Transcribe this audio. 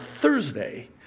Thursday